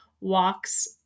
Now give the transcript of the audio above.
walks